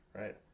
Right